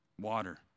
water